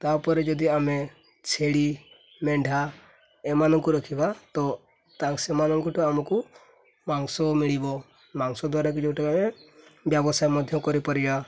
ତା'ପରେ ଯଦି ଆମେ ଛେଳି ମେଣ୍ଢା ଏମାନଙ୍କୁ ରଖିବା ତ ତା ସେମାନଙ୍କଠୁ ଆମକୁ ମାଂସ ମିଳିବ ମାଂସ ଦ୍ୱାରା କି ଯେଉଁଟାକି ଆମେ ବ୍ୟବସାୟ ମଧ୍ୟ କରିପାରିବା